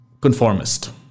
conformist